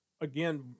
again